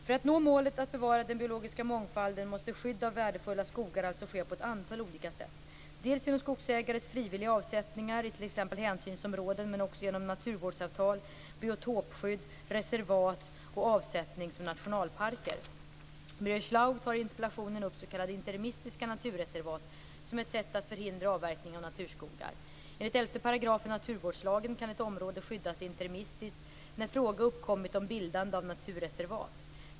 För att nå målet att bevara den biologiska mångfalden måste skydd av värdefulla skogar alltså ske på ett antal olika sätt - dels genom skogsägares frivilliga avsättningar i t.ex. hänsynsområden, dels genom naturvårdsavtal, biotopskydd, reservat och avsättning som nationalparker. Birger Schlaug tar i interpellationen upp s.k. interimistiska naturreservat som ett sätt att förhindra avverkningen av naturskogar. Enligt 11 § naturvårdslagen kan ett område skyddas interimistiskt när fråga uppkommit om bildande av naturreservat.